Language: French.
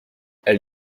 elle